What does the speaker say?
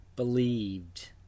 believed